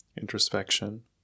introspection